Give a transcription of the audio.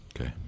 Okay